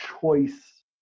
choice